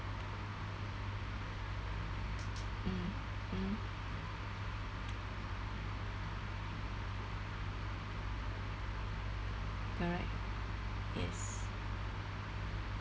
mm mm correct yes